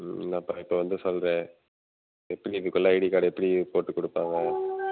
என்னாப்பா இப்போ வந்து சொல்கிறே மணிக்குள் ஐடி கார்டு எப்படி போட்டு கொடுப்பாங்க